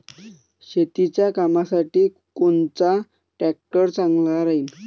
शेतीच्या कामासाठी कोनचा ट्रॅक्टर चांगला राहीन?